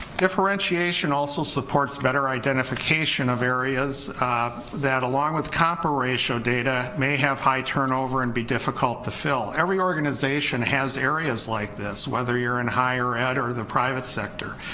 differentiation, also supports better identification of areas that along with compa ratio data may have high turnover and be difficult to fill. every organization has areas like this, whether you're in higher ed or the private sector,